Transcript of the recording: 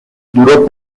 duró